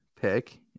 pick